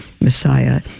Messiah